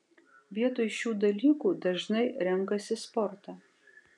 vietoj šių dalykų dažnai renkasi sportą